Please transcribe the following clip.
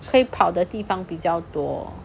可以跑的地方比较多